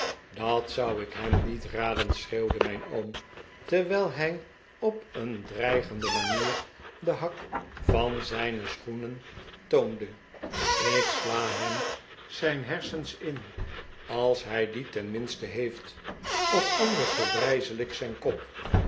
dat zou ik hem niet raden schreeuwde mijn oom terwijl hij op een dreigende manier den hak van een zijner schoenen toonde ik sla hem zijn hersens in als hij die tenminste heeft of anders verbrijzel ik zijn kop